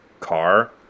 car